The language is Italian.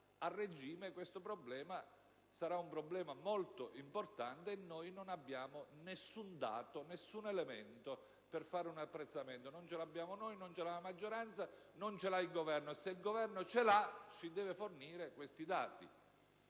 a regime questo problema sarà molto importante e noi non abbiamo nessun dato, nessun elemento per fare un apprezzamento. Non ce l'abbiamo noi, non ce l'ha la maggioranza e non ce l'ha il Governo. Se, invece, il Governo ce l'ha, allora ci deve fornire questi dati.